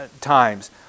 times